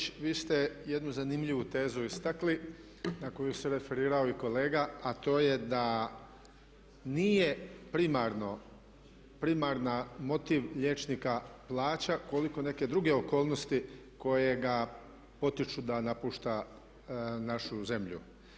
Kolegice Linić vi ste jednu zanimljivu tezu istakli na koju se referirao i kolega a to je da nije primarni motiv liječnika plaća koliko neke druge okolnosti koje ga potiču da napušta našu zemlju.